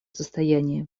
состоянии